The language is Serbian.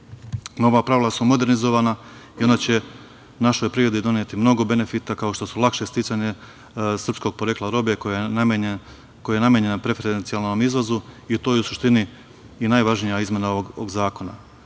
pravila su modernizovana i ona će našoj privredi doneti mnogo benefita, kao što su lakše sticanje srpskog porekla robe koja je namenjena preferencijalnom izvozu i u toj suštini i najvažnija izmena ovog zakona,